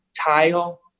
tile